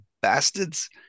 bastards